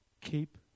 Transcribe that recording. Keep